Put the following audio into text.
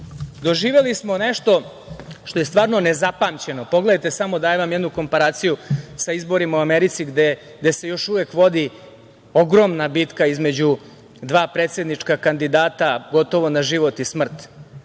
narod. Doživeli smo nešto što je stvarno nezapamćeno. Pogledajte samo, dajem vam jednu komparaciju sa izborima u Americi gde se još uvek vodi ogromna bitka između dva predsednička kandidata gotovo na život i smrt.